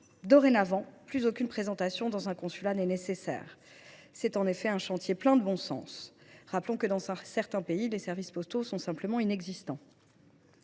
Dorénavant, plus aucune présentation physique dans un consulat n’est nécessaire. C’est un chantier plein de bon sens, d’autant que, dans certains pays, le service postal est tout simplement inexistant.